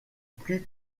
plus